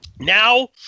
Now